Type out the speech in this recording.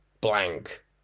blank